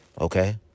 Okay